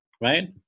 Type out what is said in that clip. right